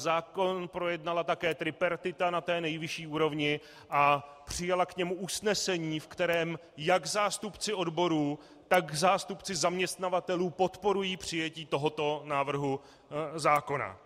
Zákon projednala také tripartita na nejvyšší úrovni a přijala k němu usnesení, ve kterém jak zástupci odborů, tak zástupci zaměstnavatelů podporují přijetí tohoto návrhu zákona.